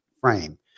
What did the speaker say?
frame